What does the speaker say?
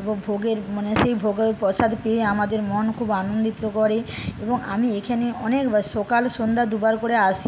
এবং ভোগের মানে সেই ভোগের প্রসাদ পেয়ে আমাদের মন খুব আনন্দিত করে এবং আমি এইখানে অনেকবার সকাল সন্ধ্যা দুবার করে আসি